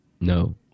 No